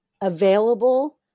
available